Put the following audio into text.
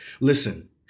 Listen